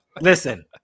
Listen